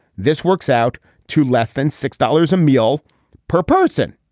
this works out to less than six dollars a meal per person.